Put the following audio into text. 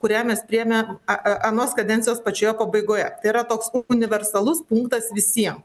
kurią mes priėmėm a anos kadencijos pačioje pabaigoje tai yra toks universalus punktas visiem